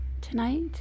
tonight